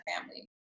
family